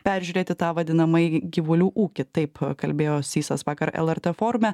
peržiūrėti tą vadinamąjį gyvulių ūkį taip kalbėjo sysas vakar lrt forume